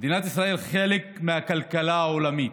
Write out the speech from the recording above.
מדינת ישראל היא חלק מהכלכלה עולמית,